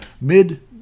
mid